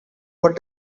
what